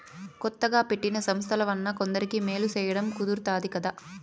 కొత్తగా పెట్టిన సంస్థల వలన కొందరికి మేలు సేయడం కుదురుతాది కదా